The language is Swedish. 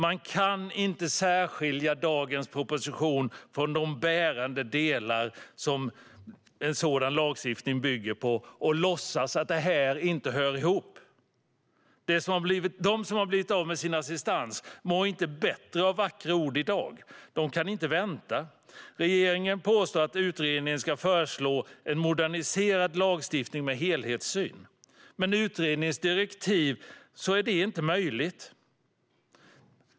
Man kan inte särskilja dagens proposition från de bärande delar som en sådan lagstiftning bygger på och låtsas som de inte hör ihop. De som blivit av med sin assistans mår inte bättre av vackra ord i dag. De kan inte vänta. Regeringen påstår att utredningen ska föreslå en moderniserad lagstiftning med helhetssyn. Men med utredningens direktiv är det inte möjligt.